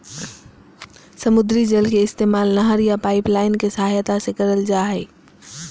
समुद्री जल के इस्तेमाल नहर या पाइपलाइन के सहायता से करल जा हय